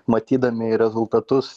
matydami rezultatus